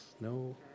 No